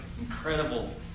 incredible